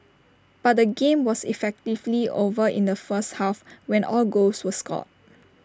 but the game was effectively over in the first half when all goals were scored